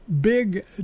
big